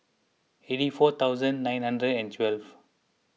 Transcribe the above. eighty four thousand nine ninety and twelve